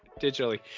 digitally